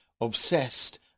Obsessed